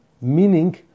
meaning